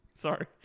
sorry